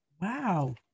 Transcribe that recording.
Wow